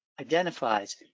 identifies